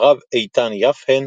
הרב איתן יפה'ן,